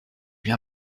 bien